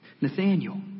Nathaniel